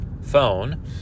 phone